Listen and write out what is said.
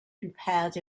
prepared